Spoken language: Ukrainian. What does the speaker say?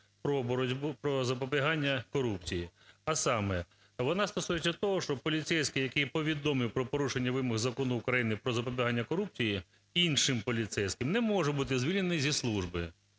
із Законом про запобігання корупції. А саме, вона стосується того, що поліцейський, який повідомив про порушення вимог Закону України про запобігання корупції іншим поліцейським, не може бути звільнений зі служби.